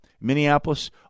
Minneapolis